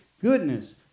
goodness